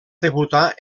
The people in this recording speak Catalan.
debutar